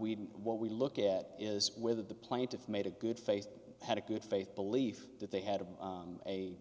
we what we look at is whether the plaintiff made a good faith had a good faith belief that they had